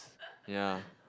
yeah